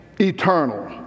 eternal